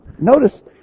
Notice